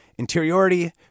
Interiority